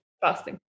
fasting